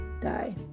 die